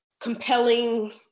compelling